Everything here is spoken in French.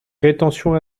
rétention